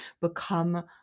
become